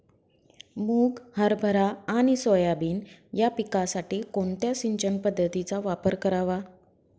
मुग, हरभरा आणि सोयाबीन या पिकासाठी कोणत्या सिंचन पद्धतीचा वापर करावा?